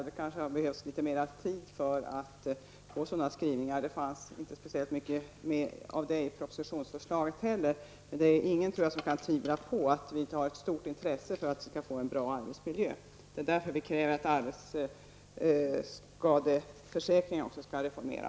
Det hade kanske behövts litet mera tid för sådana skrivningar. Det fanns inte heller så mycket mer i propositionsförslaget. Det är ingen som kan tvivla på att vi har ett stort intresse för att få en bra arbetsmiljö. Det är därför vi kräver att arbetsskadeförsäkringen skall reformeras.